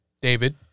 David